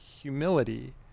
humility